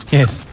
Yes